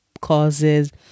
causes